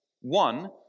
One